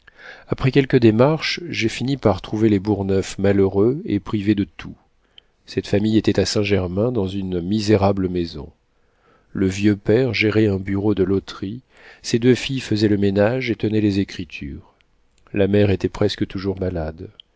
après quelques démarches j'ai fini par trouver les bourgneuf malheureux et privés de tout cette famille était à saint-germain dans une misérable maison le vieux père gérait un bureau de loterie ses deux filles faisaient le ménage et tenaient les écritures la mère était presque toujours malade